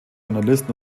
journalisten